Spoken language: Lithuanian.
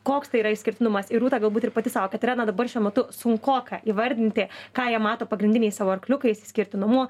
koks tai yra išskirtinumas ir rūta galbūt ir pati sako kad yra na dabar šiuo metu sunkoka įvardinti ką jie mato pagrindiniais savo arkliukais išskirtinumu